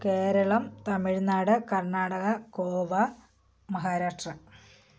Keralam Tamil Nadu Karnataka Goa Maharashtra